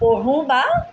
পঢ়োঁ বা